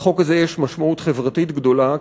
לחוק הזה יש משמעות חברתית גדולה,